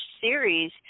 series